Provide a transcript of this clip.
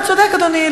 אתה צודק, אדוני.